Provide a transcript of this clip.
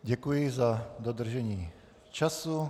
Děkuji za dodržení času.